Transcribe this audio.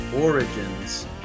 origins